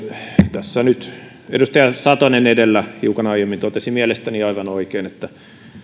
tässä edustaja satonen edellä hiukan aiemmin totesi mielestäni aivan oikein ja